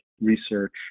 research